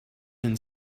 and